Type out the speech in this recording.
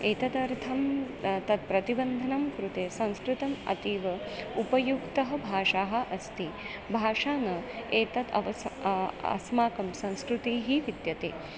एतदर्थं तत् प्रतिबन्धनं कृते संस्कृतम् अतीव उपयुक्ता भाषा अस्ति भाषा न एतत् अवस अस्माकं संस्कृतिः विद्यते